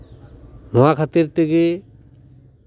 ᱱᱚᱶᱟ ᱠᱷᱟᱹᱛᱤᱨ ᱛᱮᱜᱮ